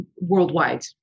worldwide